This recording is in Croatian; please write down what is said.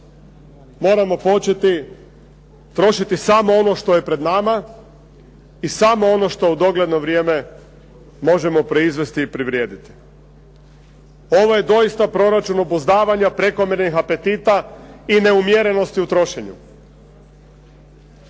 moramo početi trošiti samo ono što je pred nama i samo ono što u dogledno vrijeme možemo proizvesti i privrediti. Ovo je doista proračun obuzdavanja prekomjernih apetita i neumjerenosti u trošenju.